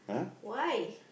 why